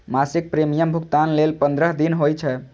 मासिक प्रीमियम भुगतान लेल पंद्रह दिन होइ छै